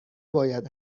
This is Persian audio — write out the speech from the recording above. باید